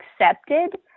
accepted